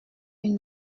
une